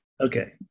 Okay